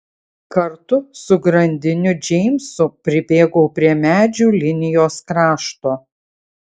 kartu su grandiniu džeimsu pribėgau prie medžių linijos krašto